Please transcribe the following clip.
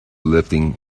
lifting